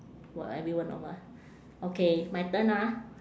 for everyone of us okay my turn ah